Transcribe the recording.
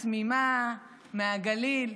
התמימה מהגליל,